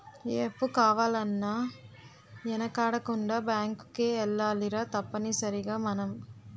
ఏ అప్పు కావాలన్నా యెనకాడకుండా బేంకుకే ఎల్లాలిరా తప్పనిసరిగ మనం